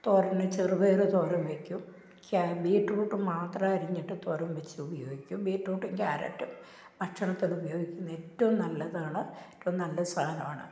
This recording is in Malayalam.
തോരനും ചെറുപയർ തോരന് വെയ്ക്കും ക്യാ ബീറ്റ്റൂട്ട് മാത്ര അരിഞ്ഞിട്ട് തോരന് വെച്ച് ഉപയോഗിക്കും ബീറ്റ്റൂട്ടും ക്യാരറ്റും ഭക്ഷണത്തത് ഉപയോഗിക്കുന്നത് ഏറ്റവും നല്ലതാണ് ഏറ്റവും നല്ല സാധനമാണ്